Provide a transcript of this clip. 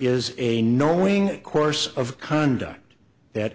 is a knowing course of conduct that